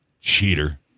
Cheater